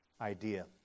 idea